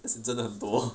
可是真的很多